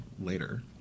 later